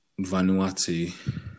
Vanuatu